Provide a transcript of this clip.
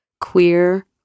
queer